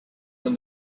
when